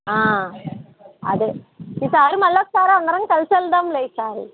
అదే ఈసారి మళ్ళీ ఒకసారి అందరం కలిసి వెళ్దాంలే ఈసారి